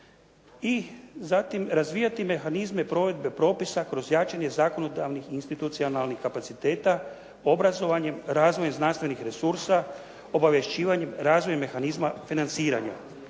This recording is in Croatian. I zatim, razvijati mehanizme provedbe propisa kroz jačanje zakonodavnih institucionalnih kapaciteta obrazovanjem, razvojem znanstvenih resursa, obavješćivanjem razvoja mehanizma financiranja.